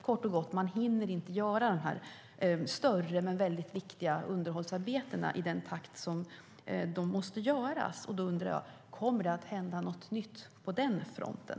Kort och gott: Man hinner inte göra de större men väldigt viktiga underhållsarbetena i den takt som de måste göras i. Kommer det att hända något nytt på den fronten?